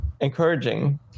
encouraging